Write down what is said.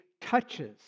touches